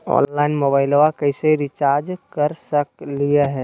Online मोबाइलबा कैसे recharge कर सकलिए है?